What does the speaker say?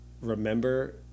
remember